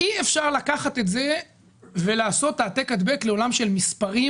אי אפשר לקחת את זה ולעשות העתק הדבק לעולם של מספרים,